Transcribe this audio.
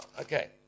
Okay